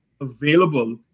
available